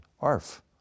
ARF